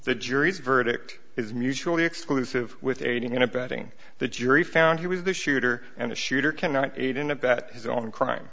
the jury's verdict is mutually exclusive with aiding and abetting the jury found he was the shooter and the shooter can not aid and abet his own crime